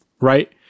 right